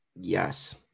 Yes